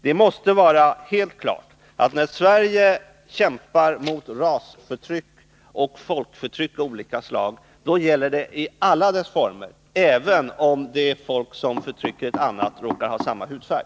Det måste vara helt klart, att när Sverige kämpar mot rasförtryck och folkförtryck av olika slag, så gäller den kampen sådant förtryck i alla dess former och även om det folk som förtrycker ett annat råkar ha samma hudfärg.